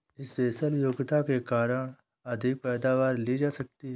special योग्यता के कारण अधिक पैदावार ली जा सकती है